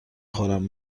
خورم